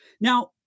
Now